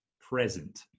present